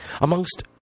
amongst